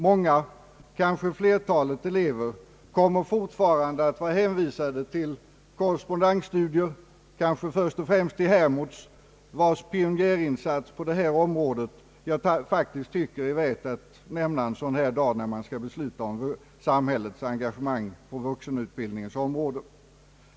Många, kanske flertalet elever kommer fortfarande att vara hänvisade till korrespondensstudier, kanske först och främst vid Hermods, vars pionjärinsats på detta område jag faktiskt tycker är värd att nämna en dag som denna då man skall besluta om samhällets engagemang på vuxenutbildningens område.